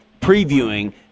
previewing